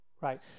right